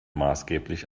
maßgeblich